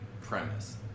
premise